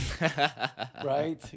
Right